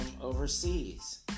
overseas